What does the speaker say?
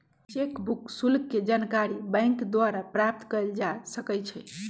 cheque book शुल्क के जानकारी बैंक द्वारा प्राप्त कयल जा सकइ छइ